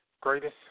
greatest